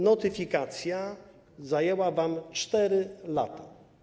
Notyfikacja zajęła wam 4 lata.